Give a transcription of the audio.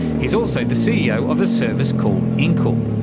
he's also the ceo of a service called inkl,